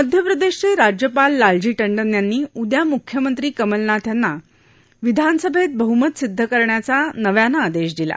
मध्यप्रदश्चि राज्यपाल लालजी डिन यांनी उद्या मुख्यमंत्री कमलनाथ यांना विधानसभक्त बहुमत सिद्ध करण्याचा नव्यानं आदक्ष दिला